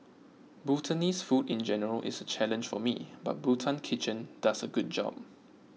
Bhutanese food in general is a challenge for me but Bhutan Kitchen does a good job